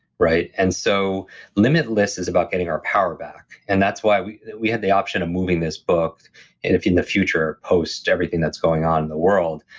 and so limitless is about getting our power back, and that's why. we we had the option of moving this book in the future, post-everything that's going on in the world,